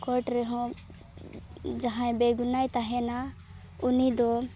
court ᱨᱮᱦᱚᱸ ᱡᱟᱦᱟᱸᱭ ᱵᱮ ᱜᱩᱱᱟᱭ ᱛᱟᱦᱮᱱᱟ ᱩᱱᱤ ᱫᱚ